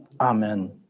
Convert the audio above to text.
Amen